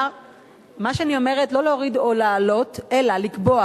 מה שאני אומרת, לא להוריד או להעלות אלא לקבוע